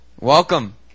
Welcome